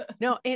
No